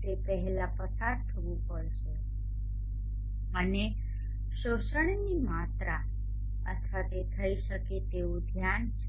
તે પહેલાં પસાર થવું પડશે અને શોષણની માત્રા અથવા તે થઈ શકે તેવું ધ્યાન છે